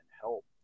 help